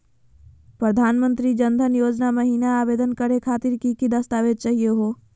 प्रधानमंत्री जन धन योजना महिना आवेदन करे खातीर कि कि दस्तावेज चाहीयो हो?